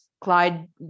Clyde